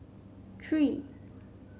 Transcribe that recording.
three